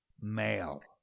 Male